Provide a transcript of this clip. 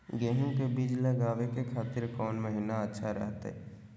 गेहूं के बीज लगावे के खातिर कौन महीना अच्छा रहतय?